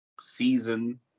season –